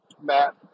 Matt